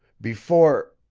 before